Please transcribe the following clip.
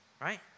right